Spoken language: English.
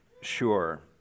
Sure